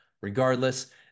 Regardless